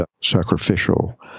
sacrificial